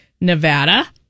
Nevada